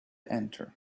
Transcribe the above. enter